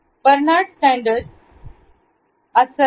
Barnard Sanders अस्सल आहेत